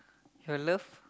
you love